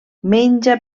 menja